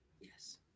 Yes